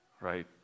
right